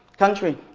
country.